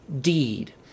deed